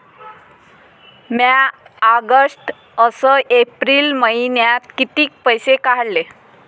म्या ऑगस्ट अस एप्रिल मइन्यात कितीक पैसे काढले?